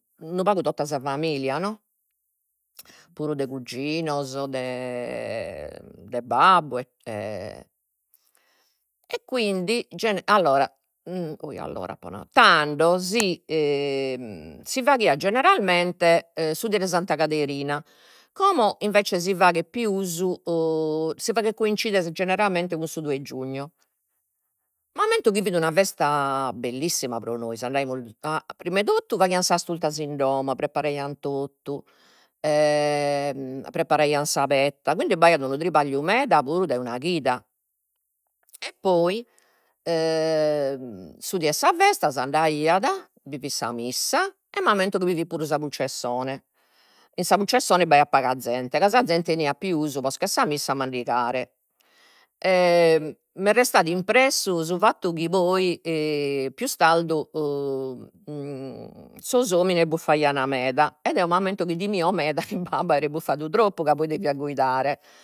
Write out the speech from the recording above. Unu pagu tota sa familia no, puru de cuginos de de babbu e quindi allora ohi allora apo nadu, tando si si faghiat generalmente su die de Santa Caderina, como invece si faghet pius si faghet coincidere generalmente cun su due giugno, m'ammento chi fit una festa bellissima pro nois, andaimus prima 'e totu faghian sas turtas in domo preparaian totu preparaian sa petta, quindi b'aiat unu tripagliu meda puru dai una chida, e poi su die 'e sa festa s'andaiat, bi fit sa missa, e m'ammento chi bi fit puru sa pulcescione, in sa pulcescione b'aiat paga zente ca sa zente 'eniat pius posca 'e sa missa a mandigare m'est restadu impressu su fattu chi poi pius tardu sos omines buffaian meda ed eo m'ammento chi timio meda chi babbu aeret buffadu troppu ca poi deviat guidare